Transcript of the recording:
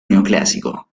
neoclásico